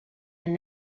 and